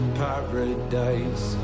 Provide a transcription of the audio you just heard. paradise